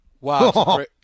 Wow